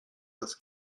das